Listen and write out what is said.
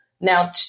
Now